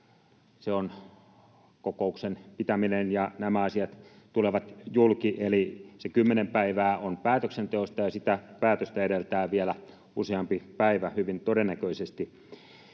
ja kokouksen pitämiseen ja siihen, että nämä asiat tulevat julki. Eli se kymmenen päivää on päätöksenteosta, ja sitä päätöstä edeltää hyvin todennäköisesti